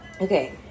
Okay